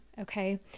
okay